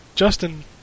Justin